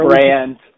brand